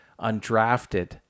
Undrafted